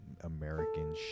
American